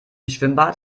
schwimmbad